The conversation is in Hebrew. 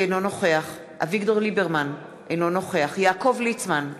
אינו נוכח אביגדור ליברמן, אינו נוכח יעקב ליצמן,